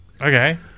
Okay